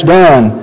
done